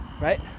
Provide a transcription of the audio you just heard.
right